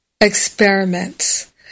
experiments